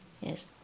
Yes